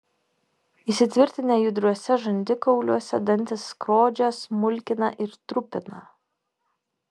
įsitvirtinę judriuose žandikauliuose dantys skrodžia smulkina ir trupina